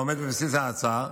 העומד בבסיס ההצעה,